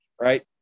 right